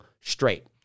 straight